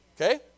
Okay